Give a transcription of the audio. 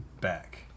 back